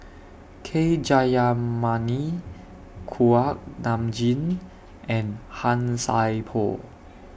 K Jayamani Kuak Nam Jin and Han Sai Por